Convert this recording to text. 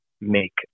make